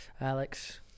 alex